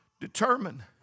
determined